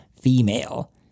female